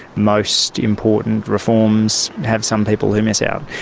most important reforms have some people who miss out.